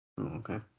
Okay